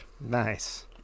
nice